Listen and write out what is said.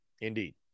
Indeed